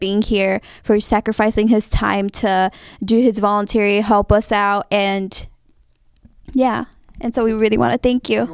being here for sacrificing his time to do his voluntary help us out and yeah and so we really want to thank you